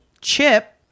Chip